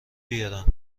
بیارم